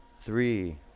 three